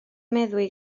meddwi